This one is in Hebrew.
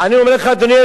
אדוני היושב-ראש,